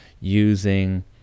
using